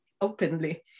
openly